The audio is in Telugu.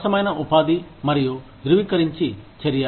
సరసమైన ఉపాధి మరియు ధ్రువీకరించి చర్య